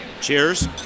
Cheers